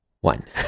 One